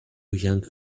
young